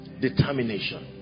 Determination